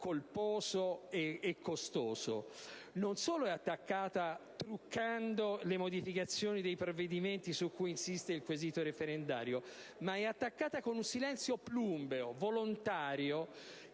colposo e costoso e truccando le modificazioni dei provvedimenti su cui insiste il quesito referendario, ma è anche attaccata con un silenzio plumbeo, volontario,